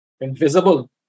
Invisible